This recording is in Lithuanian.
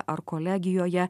ar kolegijoje